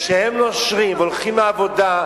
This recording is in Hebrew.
כשהם נושרים והולכים לעבודה,